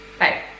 Hey